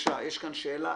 כאן שתי